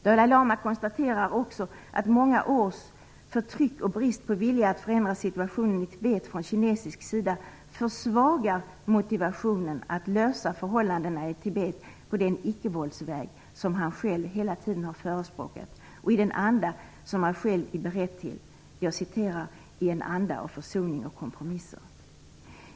Dalai Lama konstaterar också att många års förtryck och brist på vilja att förändra situationen i Tibet från kinesisk sida försvagar motivationen att reda upp förhållandena i Tibet på den icke-våldsväg som han själv hela tiden har förespråkat och i den anda som han själv är beredd till: "I en anda av försoning och kompromisser."